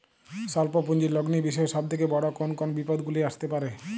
স্বল্প পুঁজির লগ্নি বিষয়ে সব থেকে বড় কোন কোন বিপদগুলি আসতে পারে?